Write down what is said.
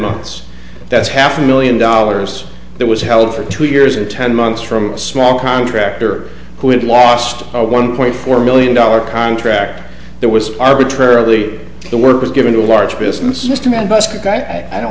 months that's half a million dollars that was held for two years and ten months from a small contractor who had lost a one point four million dollar contract that was arbitrarily the work was given to a large christmas system and bust a guy i don't